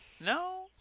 No